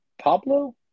Pablo